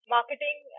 marketing